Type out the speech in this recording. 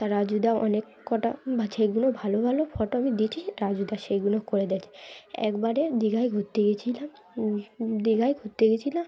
তা রাজুদা অনেক কটা বা সেগুলো ভালো ভালো ফটো আমি দিছি রাজুদা সেগুলো করে দিয়েছি একবারে দীঘায় ঘুরতে গিয়েছিলাম দীঘায় ঘুরতে গিয়েছিলাম